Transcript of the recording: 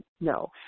no